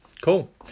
Cool